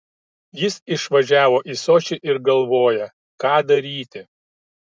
jis išvažiavo į sočį ir galvoja ką daryti